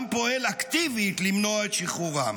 גם פועל אקטיבית למנוע את שחרורם.